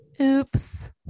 Oops